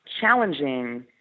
challenging